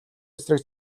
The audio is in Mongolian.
эсрэг